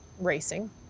racing